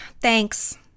thanks